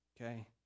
okay